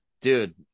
dude